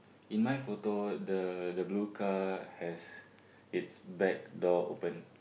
in my photo the the blue car has it's back door open